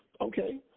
Okay